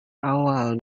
awal